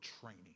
training